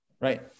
right